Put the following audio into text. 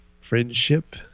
friendship